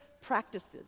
practices